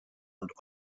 und